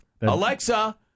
Alexa